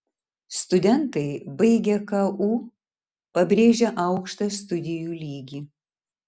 studentai baigę ku pabrėžia aukštą studijų lygį